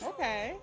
Okay